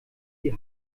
die